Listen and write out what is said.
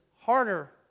harder